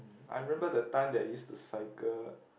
I remember the time that I used to cycle